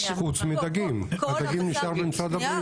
חוץ מדגים, הדגים נשאר במשרד הבריאות.